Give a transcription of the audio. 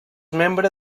membre